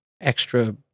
extra